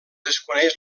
desconeix